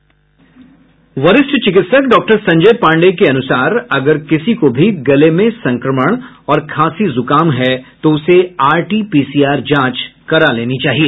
वरिष्ठ चिकित्सक डॉक्टर संजय पांडेय के अनुसार अगर किसी को भी गले में संक्रमण और खांसी जुकाम है तो उसे आरटीपीसीआर जांच करा लेनी चाहिए